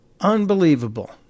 Unbelievable